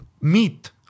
meat